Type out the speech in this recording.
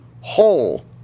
whole